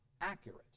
accurate